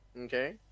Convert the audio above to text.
okay